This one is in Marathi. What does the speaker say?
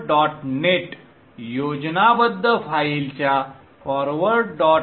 net योजनाबद्ध फाइलच्या forward